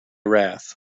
wrath